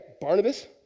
Barnabas